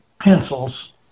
pencils